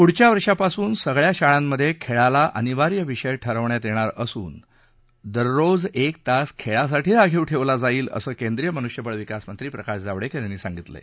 पुढच्या वर्षापासून सगळ्या शाळांमध्ये खेळाला अनिवार्य विषय ठरवण्यात येणार असून दररोज एक तास खेळासाठी राखीव ठेवला जाईल असं केंद्रीय मनुष्यबळ विकास मंत्री प्रकाश जावडेकर यांनी सांगितलं आहे